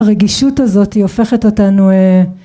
הרגישות הזאת היא הופכת אותנו